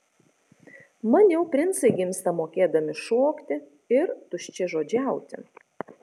maniau princai gimsta mokėdami šokti ir tuščiažodžiauti